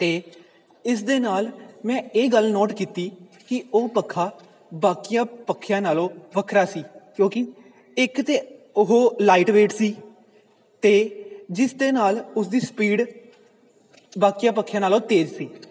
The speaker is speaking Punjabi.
ਅਤੇ ਇਸ ਦੇ ਨਾਲ ਮੈਂ ਇਹ ਗੱਲ ਨੋਟ ਕੀਤੀ ਕਿ ਉਹ ਪੱਖਾ ਬਾਕੀਆਂ ਪੱਖਿਆਂ ਨਾਲੋਂ ਵੱਖਰਾ ਸੀ ਕਿਉਂਕਿ ਇੱਕ ਤਾਂ ਉਹ ਲਾਈਟ ਵੇਟ ਸੀ ਅਤੇ ਜਿਸ ਦੇ ਨਾਲ ਉਸ ਦੀ ਸਪੀਡ ਬਾਕੀਆਂ ਪੱਖਿਆਂ ਨਾਲੋਂ ਤੇਜ਼ ਸੀ